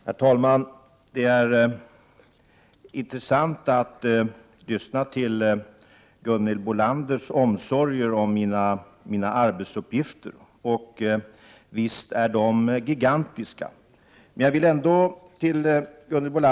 Herr talman! Det är intressant att lyssna till Gunhild Bolanders omsorg om mina arbetsuppgifter. Visst är de gigantiska.